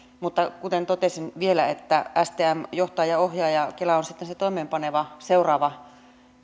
mutta kuten totesin vielä stm johtaa ja ohjaa ja kela on sitten se toimeenpaneva seuraava